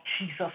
Jesus